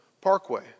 Parkway